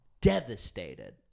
devastated